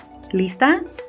Lista